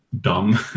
dumb